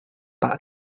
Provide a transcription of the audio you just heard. pak